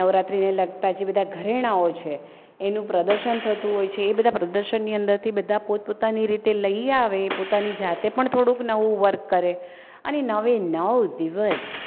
નવરાત્રિને લગતા જે બધા ઘરેણાંઓ છે એનું પ્રદર્શન થતું હોય છે એ બધા પ્રદર્શનની અંદરથી બધા પોતપોતાની રીતે લઈ આવે પોતાની જાતે પણ થોડુંક નવું વર્ક કરે અને નવે નવ દિવસ